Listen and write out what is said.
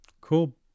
Cool